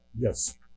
Yes